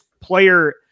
player